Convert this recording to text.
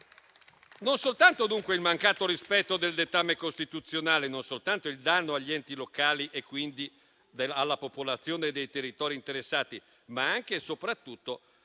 si hanno il mancato rispetto del dettame costituzionale, non soltanto il danno agli enti locali e alla popolazione dei territori interessati, ma anche e soprattutto